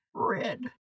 red